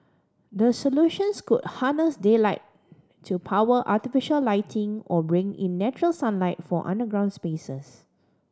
the solutions could harness daylight to power artificial lighting or bring in natural sunlight for underground spaces